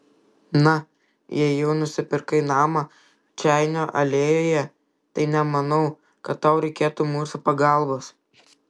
na jei jau nusipirkai namą čeinio alėjoje tai nemanau kad tau reikėtų mūsų pagalbos